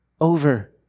over